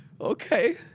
Okay